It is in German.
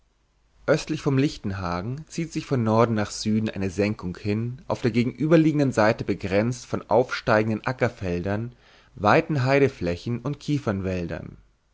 östlich vom lichtenhagen zieht sich von norden nach süden eine senkung hin auf der gegenüberliegenden seite begrenzt von aufsteigenden ackerfeldern weiten heideflächen und